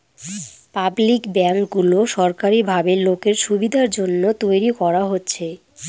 public ব্যাঙ্কগুলো সরকারি ভাবে লোকের সুবিধার জন্য তৈরী করা হচ্ছে